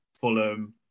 Fulham